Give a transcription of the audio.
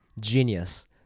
Genius